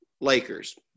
Lakers